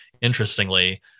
interestingly